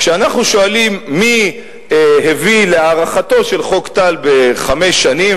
כשאנחנו שואלים מי הביא להארכתו של חוק טל בחמש שנים,